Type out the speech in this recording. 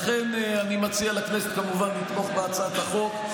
לכן אני מציע לכנסת, כמובן, לתמוך בהצעת החוק.